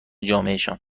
جامعهشان